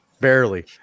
Barely